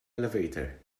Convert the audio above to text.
elevator